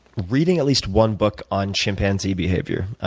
reading at least one book on chimpanzee behavior.